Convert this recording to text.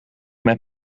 met